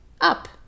up